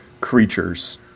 creatures